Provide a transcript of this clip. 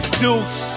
deuce